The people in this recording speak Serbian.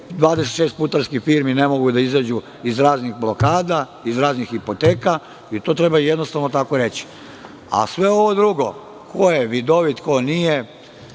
26 putarskih firmi ne mogu da izađu iz raznih blokada, iz raznih hipoteka i to treba jednostavno tako reći. Sve ovo drugo, ko je vidovit, ko nije,